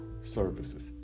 services